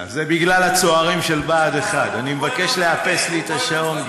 זה בגלל הצוערים של בה"ד 1. אני מבקש לאפס לי את השעון,